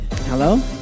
Hello